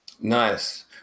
nice